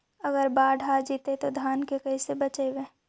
अगर बाढ़ आ जितै तो धान के कैसे बचइबै?